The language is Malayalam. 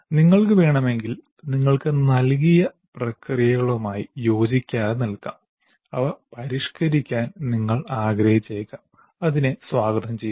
നിങ്ങൾക്ക് വേണമെങ്കിൽ നിങ്ങൾക്ക് നൽകിയ പ്രക്രിയകളുമായി യോജിക്കാതെ നിൽക്കാം അവ പരിഷ്കരിക്കാൻ നിങ്ങൾ ആഗ്രഹിച്ചേക്കാം അതിനെ സ്വാഗതം ചെയ്യുന്നു